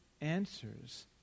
answers